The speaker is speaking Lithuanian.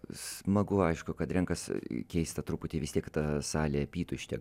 smagu aišku kad renkasi į keistą truputį vis tiek ta salė apytuštė